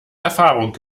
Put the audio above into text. erfahrung